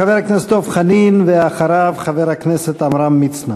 חבר הכנסת דב חנין, ואחריו, חבר הכנסת עמרם מצנע.